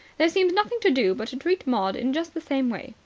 there seems nothing to do but to treat maud in just the same way.